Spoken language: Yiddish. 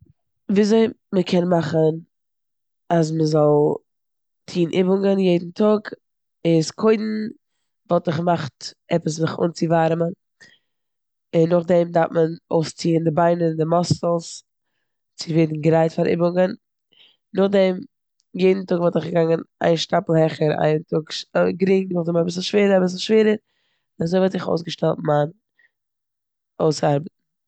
וויאזוי מ'קען מאכן אז מ'זאל טון איבונגן יעדן טאג. איז קום וואלט איך געמאכט עפעס זיך אנציווארעמען. און נאך דעם דארף מען אויס ציען די ביינער און די מוסקלס, צו ווערן גרייט פאר די איבונגן. נאך דעם יעדן טאג וואלט איך געגאנגען איין שטאפל העכער. א טאג שנ, גרינג, און נאך דעם אביסל שווערער, אביסל שווערער אזוי וואלט איך אויס געשטעלט מיין אויס ארבעטן.